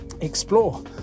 explore